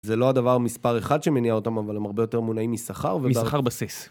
זה לא הדבר מספר אחד שמניע אותם, אבל הם הרבה יותר מונעים משכר. משכר בסיס.